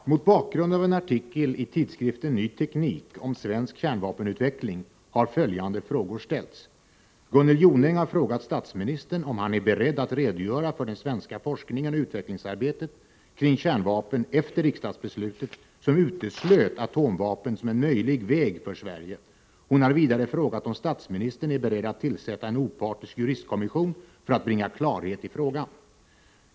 Herr talman! Mot bakgrund av en artikel i tidskriften Ny Teknik om svensk kärnvapenutveckling har följande frågor ställts. Gunnel Jonäng har frågat statsministern om han är beredd att redogöra för den svenska forskningen och utvecklingsarbetet kring kärnvapen efter riksdagsbeslutet som uteslöt atomvapen som en möjlig väg för Sverige. Hon har vidare frågat om statsministern är beredd att tillsätta en opartisk juristkommission för att bringa klarhet i frågan.